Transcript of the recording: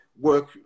work